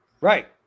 Right